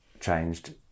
changed